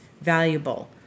valuable